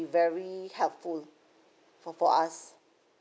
very helpful for for us